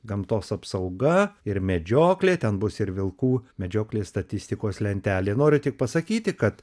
gamtos apsauga ir medžioklė ten bus ir vilkų medžioklės statistikos lentelė nori tik pasakyti kad